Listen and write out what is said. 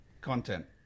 content